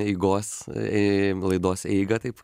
eigos į laidos eigą taip